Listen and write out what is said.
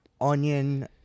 Onion